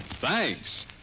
Thanks